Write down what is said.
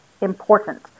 important